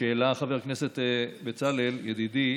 שהעלה חבר הכנסת בצלאל, ידידי,